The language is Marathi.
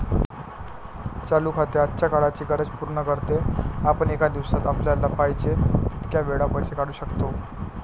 चालू खाते आजच्या काळाची गरज पूर्ण करते, आपण एका दिवसात आपल्याला पाहिजे तितक्या वेळा पैसे काढू शकतो